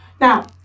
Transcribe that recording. Now